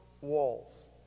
walls